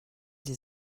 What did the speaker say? die